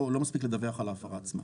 לא מספיק לדווח על ההפרה עצמה.